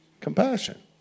Compassion